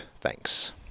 Thanks